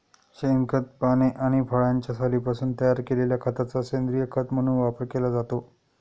शेणखत, पाने आणि फळांच्या सालींपासून तयार केलेल्या खताचा सेंद्रीय खत म्हणून वापर केला जातो